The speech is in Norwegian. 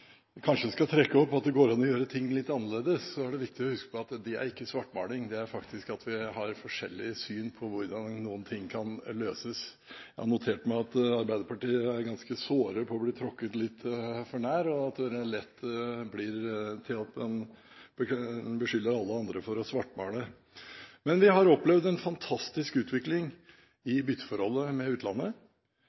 kanskje skal peke på at det går an å gjøre tingene litt annerledes, er det viktig å huske at det ikke er svartmaling. Men vi har faktisk forskjellig syn på hvordan noen ting kan løses. Jeg har notert meg at Arbeiderpartiet er ganske såre for å bli tråkket litt nær, og at det lett blir til at man beskylder alle andre for å svartmale. Men vi har opplevd en fantastisk utvikling i bytteforholdet med utlandet.